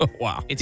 wow